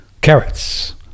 carrots